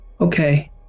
Okay